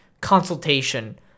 consultation